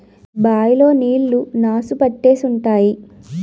bye లో నీళ్లు నాసు పట్టేసి ఉంటాయి